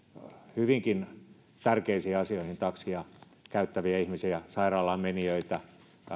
hyvinkin tärkeisiin asioihin takseja käyttäviä ihmisiä sairaalaan menijöitä